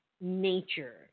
nature